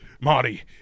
Marty